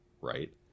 Right